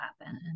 happen